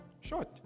short